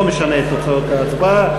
לא משנה את תוצאות ההצבעה.